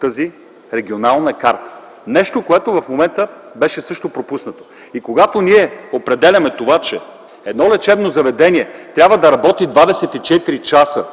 тази регионална карта – нещо, което в момента също беше пропуснато. Когато определяме, че едно лечебно заведение трябва да работи 24 часа,